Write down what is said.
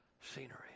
scenery